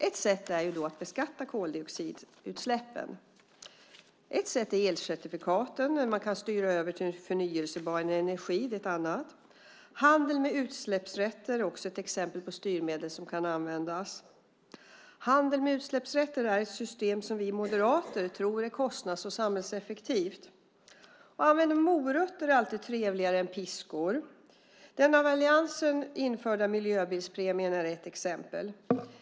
Ett sätt är att beskatta koldioxidutsläppen. Ett sätt är elcertifikaten för att styra över till förnybar energi. Handel med utsläppsrätter är också ett exempel på styrmedel som kan användas. Handel med utsläppsrätter är ett system som vi moderater tror är kostnads och samhällseffektivt. Morötter är alltid trevligare än piskor. Den av alliansen införda miljöbilspremien är ett exempel.